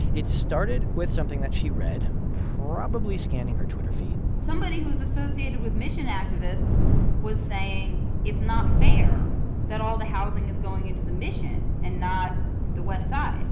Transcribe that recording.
it started with something that she read probably scanning her twitter feed somebody who was associated with mission activists was saying it's not fair that all the housing is going into the mission and not the westside.